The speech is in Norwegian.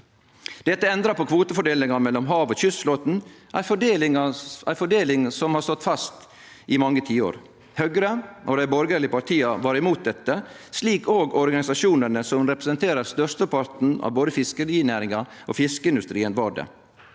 Dette endra på kvotefordelinga mellom hav- og kystflåten, ei fordeling som har stått fast i mange tiår. Høgre og dei andre borgarlege partia var imot dette, slik òg organisasjonane som representerer størsteparten av både fiskerinæringa og fiskeindustrien, var.